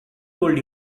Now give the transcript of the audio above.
told